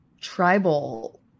tribal